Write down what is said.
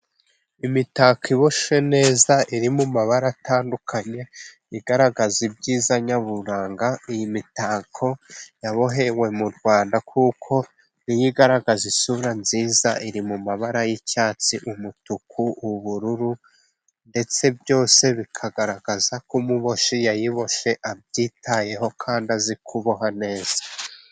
Imitako iboshye neza iri mu mabara atandukanye, igaragaza ibyiza nyaburanga, iyi mitako yabohewe mu Rwanda, kuko ni yo igaragaza isura nziza iri mu mabara y'icyatsi umutuku ubururu, ndetse byose bikagaragaza ko umuboshyi yayiboshye abyitayeho, kandi azi kuboha neza.